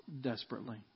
desperately